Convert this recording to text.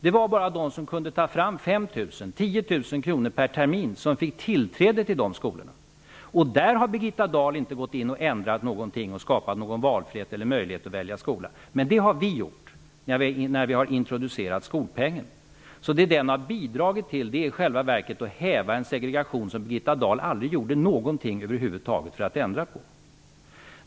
Det var bara de som kunde ta fram 5 000--10 000 kr per termin som fick tillträde till de skolorna. Där har Birgitta Dahl inte gått in och ändrat någonting, inte skapat valfrihet eller möjlighet att välja skola. Det har vi gjort, när vi har introducerat skolpengen. Det som den har bidragit till är i själva verket att häva en segregation, som Birgitta Dahl aldrig gjorde någonting över huvud taget för att ändra på.